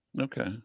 okay